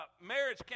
marriage